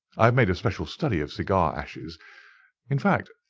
i have made a special study of cigar ashes in fact,